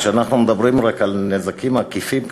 אנחנו מדברים על נזקים עקיפים כמובן,